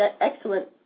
excellent